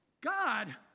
God